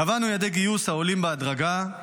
קבענו יעדי גיוס העולים בהדרגה,